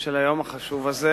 של היום החשוב הזה,